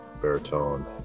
baritone